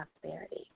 prosperity